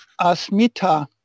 asmita